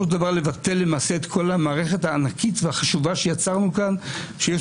לבטל את כל המערכת הענקית והחשובה שיצרנו כאן שיש